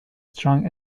strong